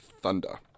Thunder